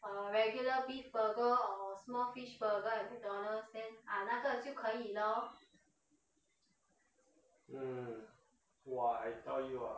!wah! I tell you ah